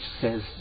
says